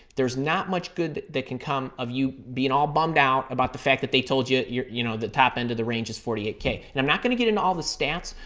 there's not much good that can come of you being all bummed out about the fact that they told you you know the top end of the range is forty eight k. and i'm not going to get into all the stats,